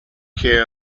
care